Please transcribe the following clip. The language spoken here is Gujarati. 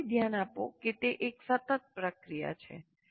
ફરીથી ધ્યાન આપો કે એ એક સતત પ્રક્રિયા છે